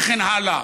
וכן הלאה.